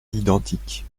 identiques